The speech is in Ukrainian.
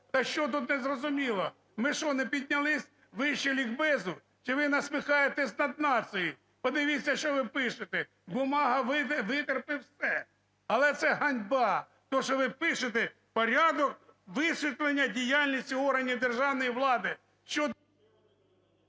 Так що тут не зрозуміло? Ми що, не піднялись вище лікбезу? Чи ви насміхаєтесь над нацією? Подивіться, що ви пишете! Бумага витерпе все, але це ганьба, те, що ви пишете "порядок висвітлення діяльності органів державної влади"…